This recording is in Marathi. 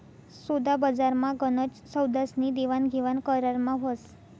सोदाबजारमा गनच सौदास्नी देवाणघेवाण करारमा व्हस